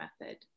method